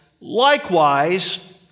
Likewise